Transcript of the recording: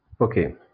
Okay